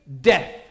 death